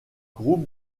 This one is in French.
groupe